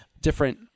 different